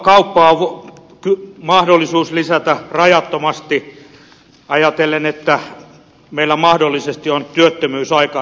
kauppaa on mahdollisuus lisätä rajattomasti ajatellen että meillä mahdollisesti on työttömyysaika edessä